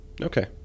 Okay